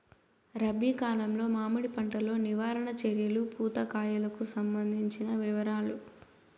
రబి కాలంలో మామిడి పంట లో నివారణ చర్యలు పూత కాయలకు సంబంధించిన వివరాలు?